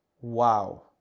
Wow